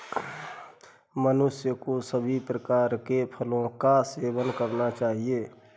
मनुष्य को सभी प्रकार के फलों का सेवन करना चाहिए